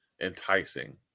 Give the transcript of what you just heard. enticing